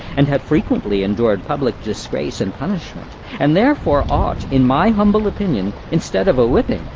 and have frequently endured pub-lick disgrace and punishment and therefore ought, in my humble opinion, instead of a whipping,